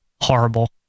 horrible